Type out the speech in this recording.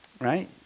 right